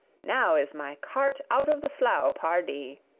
now is my cart out of the slough, pardie.